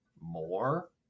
more